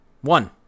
One